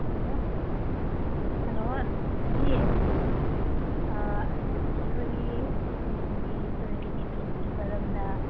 hello hello aunty ꯑꯟꯇꯤꯍꯣꯏꯒꯤ ꯈꯨꯟꯒꯤ ꯀꯩꯅꯣ ꯕꯦꯡꯒꯤ ꯃꯔꯝꯗ